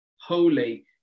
Holy